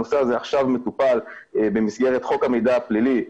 הנושא הזה עכשיו מטופל במסגרת חוק המידע הפלילי.